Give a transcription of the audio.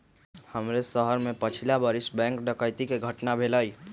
हमरे शहर में पछिला बरिस बैंक डकैती कें घटना भेलइ